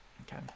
Okay